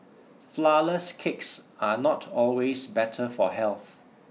flourless cakes are not always better for health